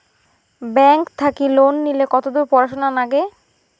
Bank থাকি loan নিলে কতদূর পড়াশুনা নাগে?